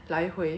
一个 eh